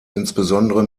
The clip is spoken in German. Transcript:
insbesondere